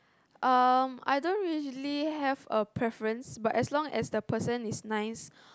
um I don't really have a preference but as long as the person is nice